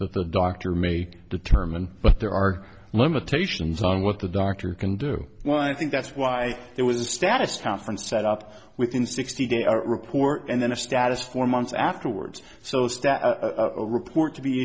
that the doctor may determine but there are limitations on what the doctor can do well i think that's why there was a status conference set up within sixty days a report and then a status for months afterwards so the staff report to be